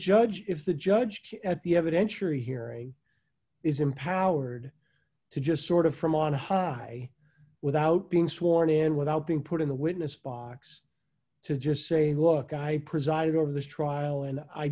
judge if the judge at the evidence you're hearing is empowered to just sort of from on high without being sworn in without being put in the witness box to just say look i presided over this trial and i